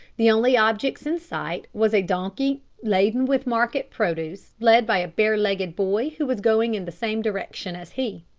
the only objects in sight was a donkey laden with market produce led by a bare-legged boy who was going in the same direction as he.